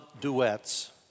duets